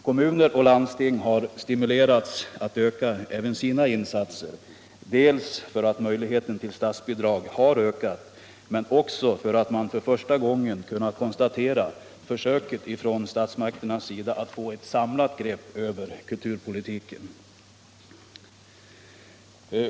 Kommuner och landsting har stimulerats att öka även sina insatser dels för att möjligheten till statsbidrag har ökat, dels också för att man för första gången har kunnat konstatera försöket från statsmakterna att få ett samlat grepp över kulturpolitiken.